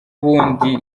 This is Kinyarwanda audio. ubundi